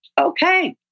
Okay